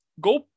Go